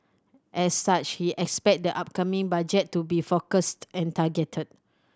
as such he expect the upcoming Budget to be focused and targeted